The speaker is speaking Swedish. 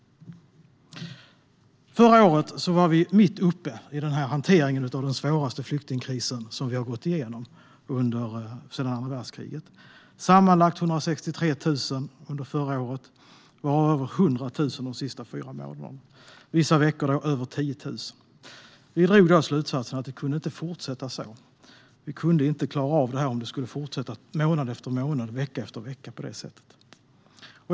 Förra året var vi mitt uppe i hanteringen av den svåraste flyktingkris som vi har gått igenom sedan andra världskriget. Sammanlagt kom 163 000 människor under förra året, varav över 100 000 de sista fyra månaderna. Vissa veckor kom över 10 000. Vi drog då slutsatsen att det inte kunde fortsätta så. Vi kunde inte klara av detta om det skulle fortsätta månad efter månad, vecka efter vecka på det här sättet.